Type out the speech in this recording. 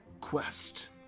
quest